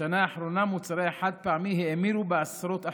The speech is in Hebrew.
השנה האחרונה מוצרי החד-פעמי האמירו בעשרות אחוזים.